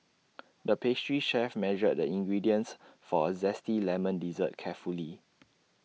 the pastry chef measured the ingredients for A Zesty Lemon Dessert carefully